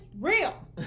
real